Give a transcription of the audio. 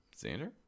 Xander